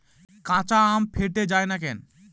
কাঁচা আম ফেটে য়ায় কেন?